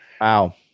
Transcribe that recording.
Wow